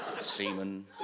Semen